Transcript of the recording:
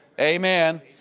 Amen